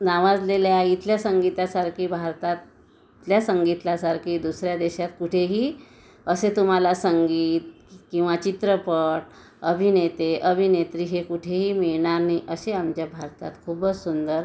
नावाजलेल्या इथल्या संगीतासारखी भारतात इथल्या संगीतासारखी दुसऱ्या देशात कुठेही असे तुम्हाला संगीत किंवा चित्रपट अभिनेते अभिनेत्री हे कुठेही मिळणार नाही असे आमच्या भारतात खूपच सुंदर